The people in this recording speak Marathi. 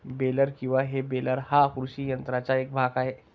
बेलर किंवा हे बेलर हा कृषी यंत्राचा एक भाग आहे